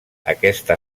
aquesta